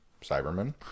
Cyberman